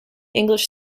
english